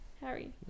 Harry